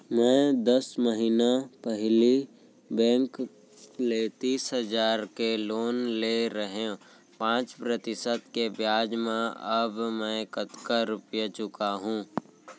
मैं दस महिना पहिली बैंक ले तीस हजार के लोन ले रहेंव पाँच प्रतिशत के ब्याज म अब मैं कतका रुपिया चुका हूँ?